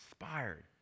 inspired